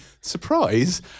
surprise